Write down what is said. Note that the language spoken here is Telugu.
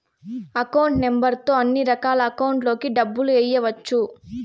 అకౌంట్ నెంబర్ తో అన్నిరకాల అకౌంట్లలోకి డబ్బులు ఎయ్యవచ్చు